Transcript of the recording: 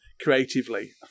creatively